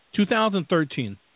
2013